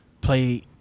Play